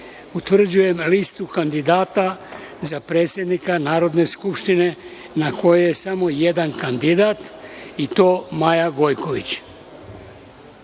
utvrđujem listu kandidata za predsednika Narodne skupštine na kojoj je samo jedan kandidat i to Maja Gojković. Pošto